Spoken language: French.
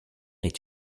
est